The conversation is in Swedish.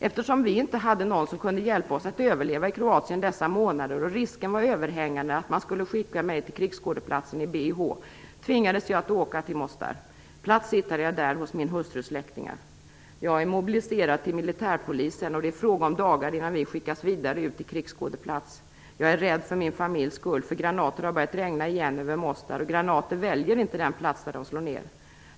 Eftersom vi inte hade någon som kunde hjälpa oss att överleva i Kroatien dessa månader och risken var överhängande att man skulle skicka mig till krigsskådeplatsen i BiH, tvingades jag att åka till Mostar. Plats hittade jag där hos min hustrus släktingar. Jag är mobiliserad till militärpolisen och det är fråga om dagar innan vi skickas vidare ut till krigsskådeplats. Jag är rädd för min familjs skull, för granater har börjat regna igen över Mostar och granater väljer inte den plats där de slår ner.